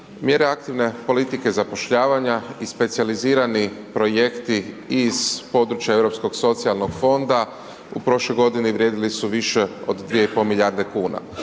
Mjere aktivne politike zapošljavanja i specijalizirani projekti iz područja europskog socijalnog fonda u prošloj godini vrijedili su više od 2,5 milijarde kuna.